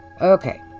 okay